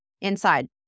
inside